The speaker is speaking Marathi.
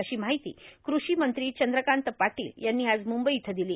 अशी मर्ााहती कृषी मंत्री चंद्रकांत पाटाल यांनी आज मुंबई इथं दिली